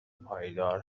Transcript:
پایدار